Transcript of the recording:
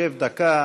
שב דקה,